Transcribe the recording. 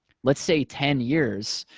let's say, ten years,